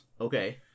Okay